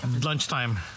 lunchtime